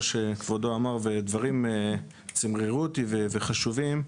שכבודו אמר והדברים צמררו אותי וחשובים.